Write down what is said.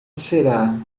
será